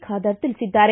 ಖಾದರ್ ತಿಳಿಸಿದ್ದಾರೆ